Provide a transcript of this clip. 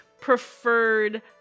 preferred